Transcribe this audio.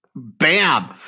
Bam